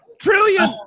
Trillion